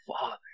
father